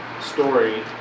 story